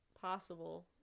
possible